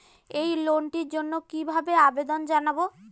এই লোনটির জন্য কিভাবে আবেদন জানাবো?